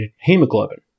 hemoglobin